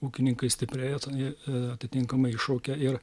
ūkininkai stiprėja tai atitinkamai iššaukia ir